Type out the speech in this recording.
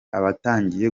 abatangiye